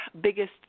biggest